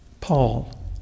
Paul